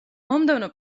მომდევნო